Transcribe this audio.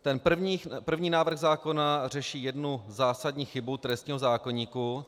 Ten první návrh zákona řeší jednu zásadní chybu trestního zákoníku.